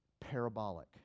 parabolic